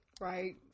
Right